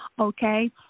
okay